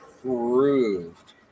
proved